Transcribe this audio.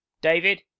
David